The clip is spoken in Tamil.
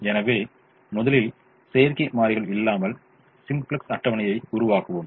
எனவே முதலில் செயற்கை மாறிகள் இல்லாமல் சிம்ப்ளக்ஸ் அட்டவணையை உருவாக்குவோம்